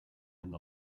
and